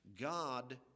God